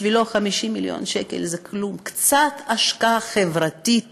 בשבילו 50 מיליון שקל זה כלום, קצת השקעה חברתית.